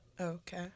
Okay